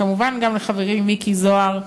וכמובן גם לחברי מיקי זוהר,